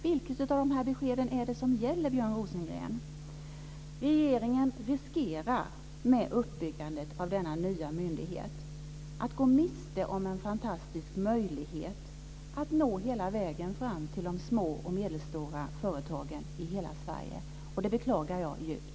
Vilka av beskeden gäller, Björn Regeringen riskerar med uppbyggandet av denna nya myndighet att gå miste om en fantastisk möjlighet att nå hela vägen fram till de små och medelstora företagen i hela Sverige. Det beklagar jag djupt.